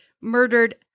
murdered